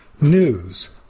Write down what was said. News